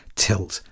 tilt